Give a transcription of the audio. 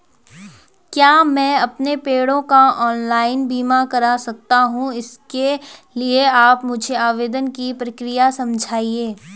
क्या मैं अपने पेड़ों का ऑनलाइन बीमा करा सकता हूँ इसके लिए आप मुझे आवेदन की प्रक्रिया समझाइए?